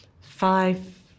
five